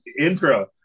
intro